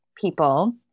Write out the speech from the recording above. people